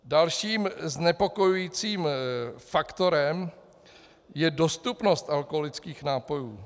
Dalším znepokojujícím faktorem je dostupnost alkoholických nápojů.